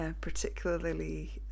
particularly